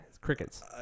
Crickets